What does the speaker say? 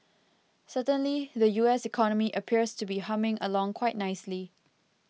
certainly the U S economy appears to be humming along quite nicely